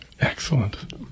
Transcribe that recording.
Excellent